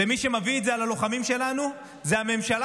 ומי שמביא את זה על הלוחמים שלנו זה הממשלה,